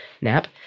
nap